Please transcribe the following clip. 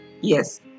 Yes